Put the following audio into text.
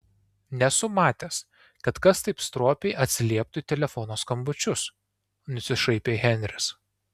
nesu matęs kad kas taip stropiai atsilieptų į telefono skambučius nusišaipė henris